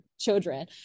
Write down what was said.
children